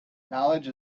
knowledge